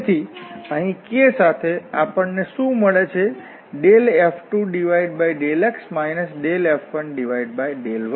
તેથી અહીં k સાથે આપણને શું મળે છે F2∂x F1∂y